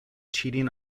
cheating